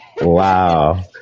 Wow